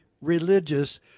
religious